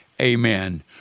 Amen